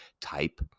type